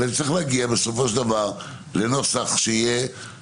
אלא נצטרך להגיע בסופו של דבר לנוסח שייתן